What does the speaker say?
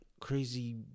crazy